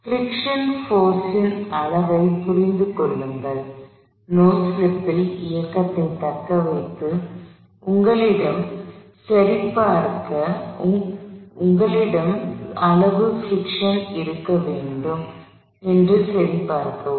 friction force ன் அளவைப் புரிந்து கொள்ளுங்கள் நோ ஸ்லிப்பில் இயக்கத்தைத் தக்கவைக்க உங்களிடம் அவ்வளவு பிரிக்க்ஷன் இருக்க வேண்டும் என்று சரிபார்க்கவும்